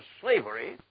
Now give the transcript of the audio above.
slavery